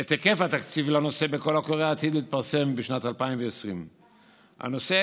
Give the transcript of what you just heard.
את היקף התקציב לנושא בקול הקורא העתיד להתפרסם בשנת 2020. הנושא,